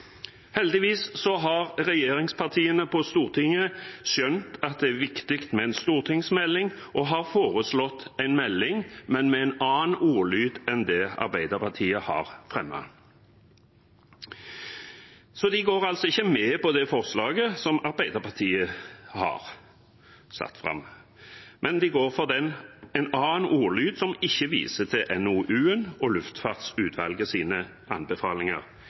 har regjeringspartiene på Stortinget skjønt at det er viktig med en stortingsmelding, og de har foreslått en melding, men med en annen ordlyd enn det Arbeiderpartiet har fremmet. De går altså ikke med på det forslaget Arbeiderpartiet har satt fram, men de går for en annen ordlyd som ikke viser til NOU-en og Luftfartsutvalgets anbefalinger.